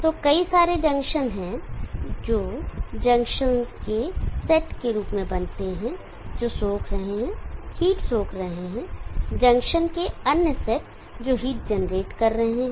तो कई सारे जंक्शन हैं जो जंक्शनों के एक सेट के रूप में बनते हैं जो सोख रहे हैं हीट सोख रहे हैं जंक्शन के अन्य सेट जो हीट जनरेट कर रहे हैं